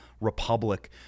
republic